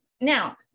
now